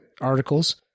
articles